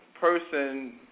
person